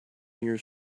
your